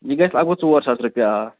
یہِ گژھِ لگ بگ ژور ساس رۄپیہِ آ